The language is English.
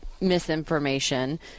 misinformation